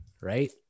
Right